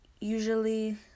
usually